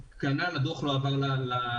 כנ"ל, הדוח לא הועבר לכנסת.